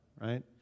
right